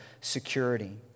security